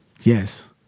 Yes